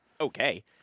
okay